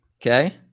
Okay